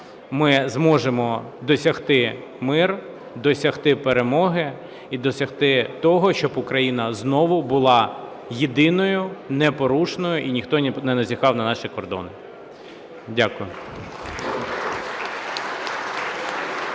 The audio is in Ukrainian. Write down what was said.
ми зможемо досягти мир, досягти перемоги і досягти того, щоб Україна знову була єдиною, непорушною і ніхто не зазіхав на наші кордони. Дякую. (Оплески)